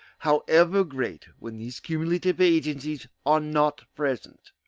however great, when these cumulative agencies are not present.